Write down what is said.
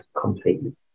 completely